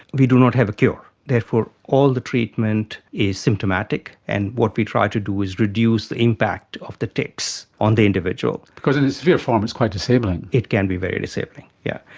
we do not have a cure, therefore all the treatment is symptomatic, and what we try to do is reduce the impact of the tics on the individual. because in its severe form it's quite disabling. it can be very disabling, yeah